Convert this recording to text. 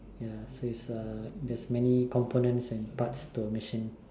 ya so is a just many components and parts to a machine